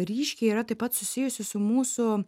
ryškiai yra taip pat susijusi su mūsų